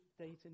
Data